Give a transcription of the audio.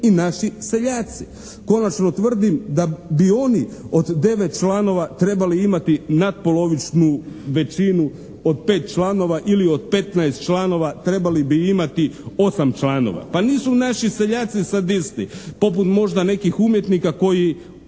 i naši seljaci. Konačno tvrdim da bi oni od devet članova trebali imati natpolovičnu većinu od pet članova ili od petnaest članova trebali bi imati osam članova. Pa nisu naši seljaci sadisti poput možda nekih umjetnika koji